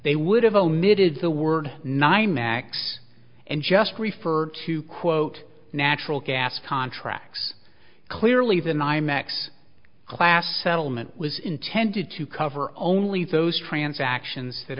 they would have omitted the word nymex and just referred to quote natural gas contracts clearly the nymex class settlement was intended to cover only those transactions that